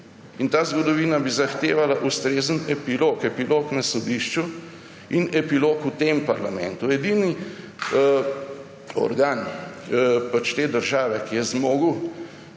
Ta zgodovina bi zahtevala ustrezen epilog, epilog na sodišču in epilog v tem parlamentu. Edini organ te države, ki je zmogel